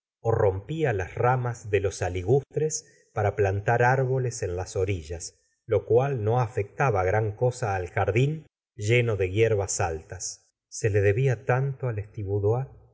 ó rompía las ramas de los aligustres para plantar árboles en las orillas lo cual no afectaba gran cosa al jardín lleno de hierbas altas se le debía tanto á